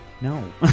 No